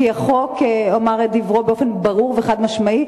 כי החוק אמר את דברו באופן ברור וחד-משמעי,